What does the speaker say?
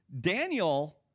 Daniel